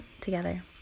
together